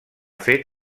fet